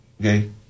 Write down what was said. Okay